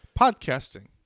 podcasting